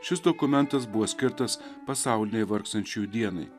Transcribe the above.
šis dokumentas buvo skirtas pasaulinei vargstančiųjų dienai